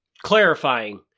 clarifying